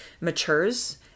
matures